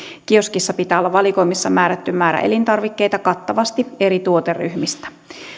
kioskissa pitää olla valikoimassa määrätty määrä elintarvikkeita kattavasti eri tuoteryhmistä